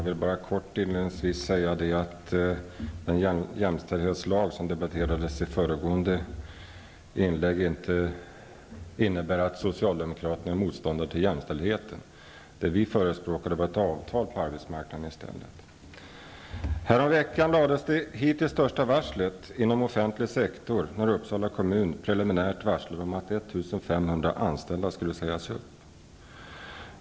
Herr talman! Beträffande den jämställdhetslag som togs upp i föregående inlägg vill jag inledningsvis helt kort bara framhålla att vi socialdemokrater inte är motståndare till jämställdheten. Vad vi förespråkat är i stället ett avtal på arbetsmarknaden. Häromveckan kom det hittills största varslet inom den offentliga sektorn när Uppsala kommun preliminärt varslade om att 1 500 anställda skulle sägas upp.